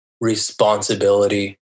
responsibility